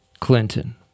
Clinton